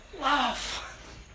love